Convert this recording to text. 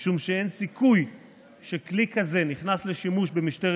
משום שאין סיכוי שכלי כזה נכנס לשימוש במשטרת